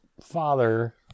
father